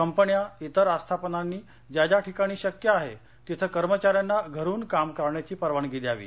कंपन्या तिर आस्थापनांनी ज्या ज्या ठिकाणी शक्य आहे तिथं कर्मचाऱ्यांना घरून काम करण्याची परवानगी द्यावी